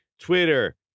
Twitter